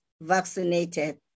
vaccinated